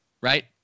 right